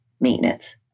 maintenance